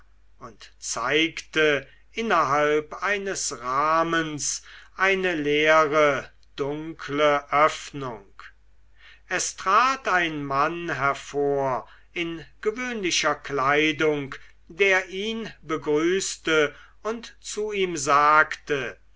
und zeigte innerhalb eines rahmens eine leere dunkle öffnung es trat ein mann hervor in gewöhnlicher kleidung der ihn begrüßte und zu ihm sagte